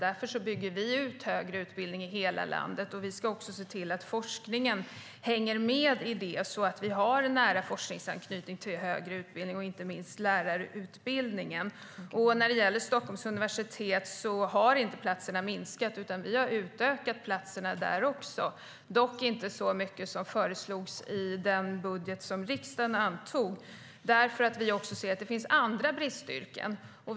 Därför bygger vi ut högre utbildning i hela landet. Vi ska också se till att forskningen hänger med i det så att vi har en nära forskningsanknytning till högre utbildning, inte minst till lärarutbildningen. När det gäller Stockholms universitet har inte platserna blivit färre, utan vi har utökat antalet platser även där - dock inte så mycket som föreslogs i den budget som riksdagen antog eftersom vi ser att det finns andra bristyrken.